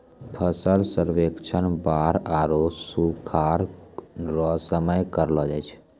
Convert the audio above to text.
फसल सर्वेक्षण बाढ़ आरु सुखाढ़ रो समय करलो जाय छै